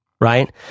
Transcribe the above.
right